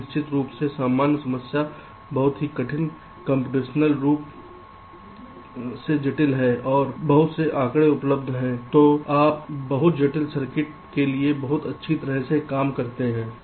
अब निश्चित रूप से सामान्य समस्या बहुत ही कठिन कम्प्यूटेशनल रूप से जटिल है और बहुत से आंकड़े उपलब्ध हैं जो बहुत जटिल सर्किट के लिए बहुत अच्छी तरह से काम करते हैं